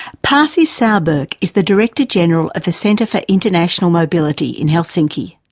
pasi sahlberg is the director general at the centre for international mobility in helsinki.